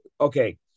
okay